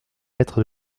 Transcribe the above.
lettre